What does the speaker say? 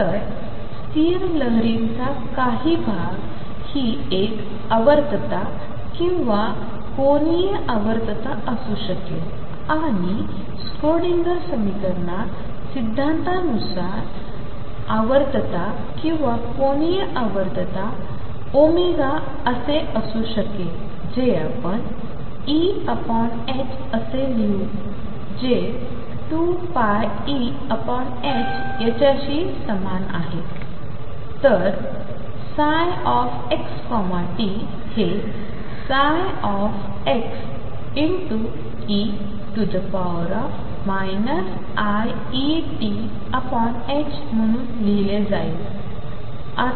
तर स्थिर लहरीचा काही भाग हि एक आवर्तता किंवा कोनीय आवर्तता असू शकेल आणि स्क्रिडिंगर समीकरण सिद्धांतानुसार आवर्तता किंवा कोनीय आवर्तता ω असे असू शकेल जे आपण E असे लिहू जे 2πEh याच्याशी समान आहे तर ψxt हे ψ e iEt म्हणून लिहिले जाईल